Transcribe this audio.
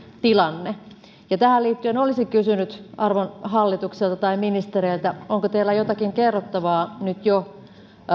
tilanne tähän liittyen olisin kysynyt arvon hallitukselta ja ministereiltä onko teillä jotakin kerrottavaa nyt jo